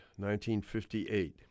1958